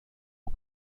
aux